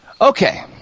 Okay